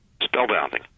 spellbounding